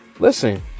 Listen